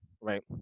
right